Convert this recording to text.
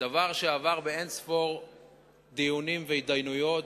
זה דבר שעבר באין-ספור דיונים והתדיינויות.